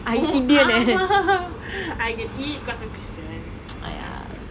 oh I can eat because I'm christian